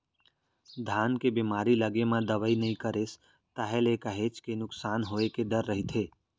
धान के बेमारी लगे म दवई नइ करेस ताहले काहेच के नुकसान होय के डर रहिथे